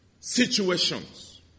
situations